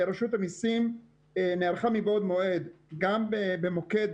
רשות המיסים נערכה מבעוד מועד גם במוקד